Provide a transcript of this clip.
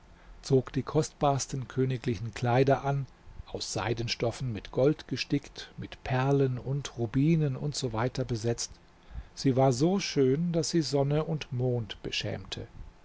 zog die kostbarsten königlichen kleider an aus seidenstoffen mit gold gestickt mit perlen und rubinen usw besetzt sie war so schön daß sie sonne und mond beschämte